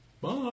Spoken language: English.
Bye